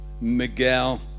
Miguel